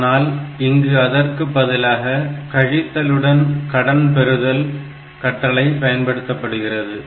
ஆனால் இங்கு அதற்கு பதிலாக கழித்தலுடன் கடன் பெறுதல் கட்டளை பயன்படுத்தப்படுகிறது